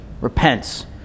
repents